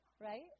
right